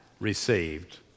received